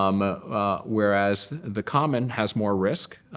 um whereas, the common has more risk.